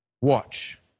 Watch